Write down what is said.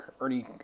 Ernie